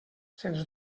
sens